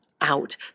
out